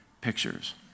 pictures